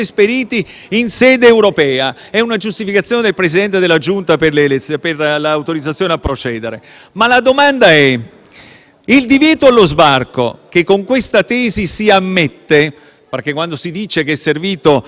la domanda è se il divieto allo sbarco, che con questa tesi si ammette (perché si dice che è servito per convincere l'Europa in una certa direzione), diventa lecito se altri Paesi,